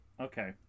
Okay